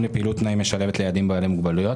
לפעילות משלבת לילדים בעלי מוגבלויות,